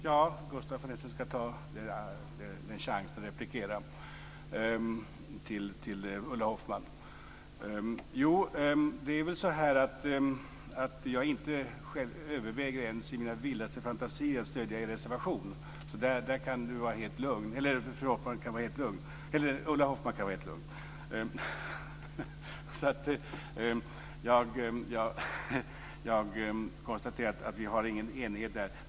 Fru talman! Gustaf von Essen ska ta chansen att replikera till Ulla Hoffmann. Jag överväger inte ens i mina vildaste fantasier att stödja er reservation. Där kan Ulla Hoffmann vara helt lugn. Jag konstaterar att det inte råder någon enighet där.